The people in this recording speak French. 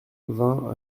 vingt